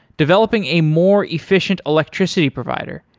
developing a more efficient electricity provider,